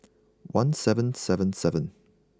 one seven seven seven